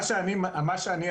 מה שאני אומר,